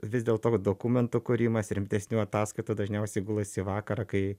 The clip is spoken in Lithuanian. vis dėlto dokumentų kūrimas rimtesnių ataskaitų dažniausiai gulasi į vakarą kai